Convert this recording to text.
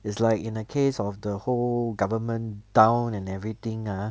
is like in the case of the whole government down and everything ah